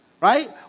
right